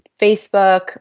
Facebook